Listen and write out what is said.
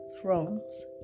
thrones